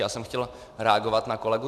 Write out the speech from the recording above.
Já jsem chtěl reagovat na kolegu